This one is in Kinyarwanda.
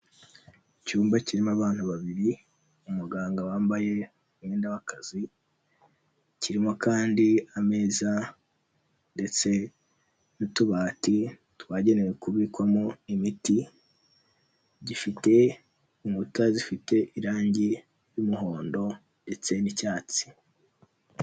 Icyumba kirimo abantu babiri, umuganga wambaye umwenda w'akazi, kirimo kandi ameza ndetse n'utubati twagenewe kubikwamo imiti, gifite inkuta zifite irangi ry'umuhondo ndetse n'icyatsi.